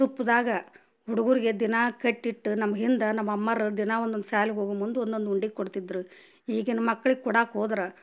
ತುಪ್ಪದಾಗ ಹುಡ್ಗರ್ಗೆ ದಿನಾ ಕಟ್ಟಿಟ್ಟು ನಮ್ಮ ಹಿಂದೆ ನಮ್ಮ ಅಮ್ಮರು ದಿನ ಒಂದೊಂದು ಶಾಲಿಗ್ ಹೋಗು ಮುಂದೆ ಒಂದೊಂದು ಉಂಡೆ ಕೊಡ್ತಿದ್ರು ಈಗಿನ ಮಕ್ಳಿಗೆ ಕೊಡಕ್ಕ ಹೋದ್ರ